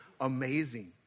amazing